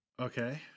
Okay